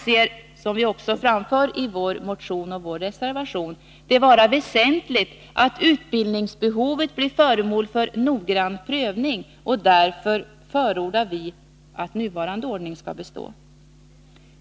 Som vi också framför i vår motion och reservation, anser vi det vara väsentligt att utbildningsbehovet blir föremål för noggrann prövning. Därför förordar vi att nuvarande ordning skall bestå.